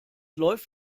läuft